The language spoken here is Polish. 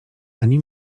ani